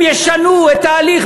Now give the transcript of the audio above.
אם ישנו את ההליך,